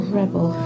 rebel